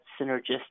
synergistic